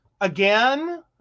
again